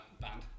band